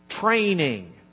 Training